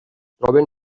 troben